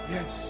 Yes